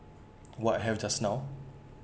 what had just now